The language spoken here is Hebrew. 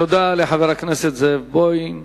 תודה לחבר הכנסת זאב בוים.